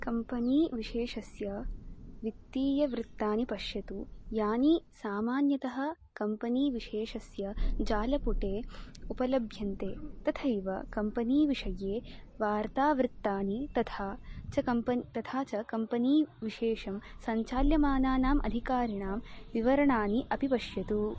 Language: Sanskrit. कम्पनी विशेषस्य वित्तीयवृत्तानि पश्यतु यानि सामान्यतः कम्पनी विशेषस्य जालपुटे उपलभ्यन्ते तथैव कम्पनी विषये वार्तावृत्तानि तथा च कम्पन् तथा च कम्पनी विशेषं सञ्चाल्यमानानाम् अधिकारिणां विवरणानि अपि पश्यतु